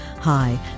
Hi